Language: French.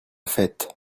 fête